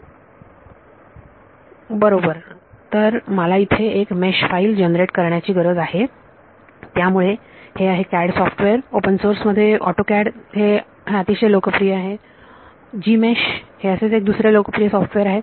विद्यार्थी बरोबर तर मला इथे एक मेश फाईल जनरेट करण्याची गरज आहे त्यामुळे हे आहे CAD सॉफ्टवेअर ओपन सोर्स मध्ये autoCAD हे हे अतिशय लोकप्रिय आहे Gmesh हे असेच एक दुसरे लोकप्रिय सॉफ्टवेअर आहे